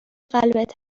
قلبت